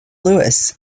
louis